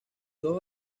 dos